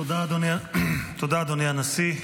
תודה, אדוני הנשיא.